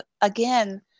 again